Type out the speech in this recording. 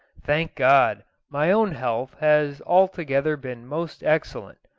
thank god, my own health has altogether been most excellent.